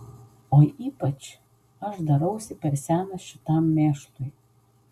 o ypač aš darausi per senas šitam mėšlui